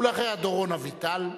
ואחריה, דורון אביטל,